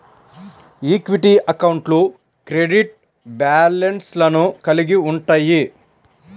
equity అకౌంట్లు credit బ్యాలెన్స్లను కలిగి ఉంటయ్యి